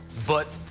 but,